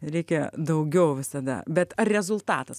reikia daugiau visada bet ar rezultatas